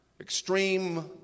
extreme